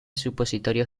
supositorio